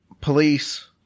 Police